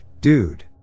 dude